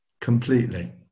completely